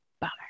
Bummer